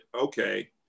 okay